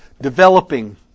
developing